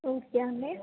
okay అండీ